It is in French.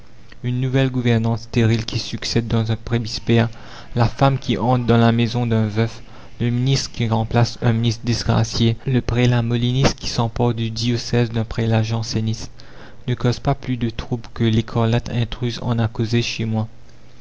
une nouvelle gouvernante stérile qui succède dans un presbytère la femme qui entre dans la maison d'un veuf le ministre qui remplace un ministre disgracié le prélat moliniste qui s'empare du diocèse d'un prélat janséniste ne causent pas plus de trouble que l'écarlate intruse en a causé chez moi